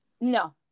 no